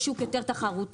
יש שוק יותר תחרותי.